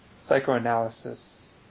psychoanalysis